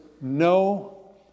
no